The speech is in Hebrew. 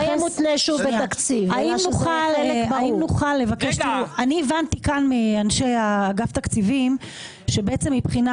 אני הבנתי כאן מאנשי אגף תקציבים שבעצם מבחינה